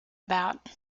about